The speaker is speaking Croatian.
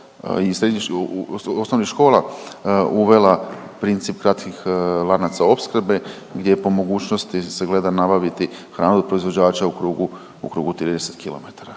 u, osnovnih škola uvela princip kratkih lanaca opskrbe gdje je po mogućnosti se gleda nabaviti hranu od proizvođača u krugu, u krugu